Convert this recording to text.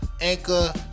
Anchor